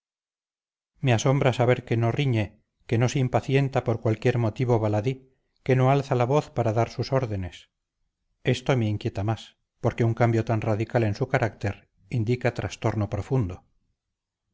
me asombra saber que no riñe que no se impacienta por cualquier motivo baladí que no alza la voz para dar sus órdenes esto me inquieta más porque un cambio tan radical en su carácter indica trastorno profundo